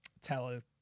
tell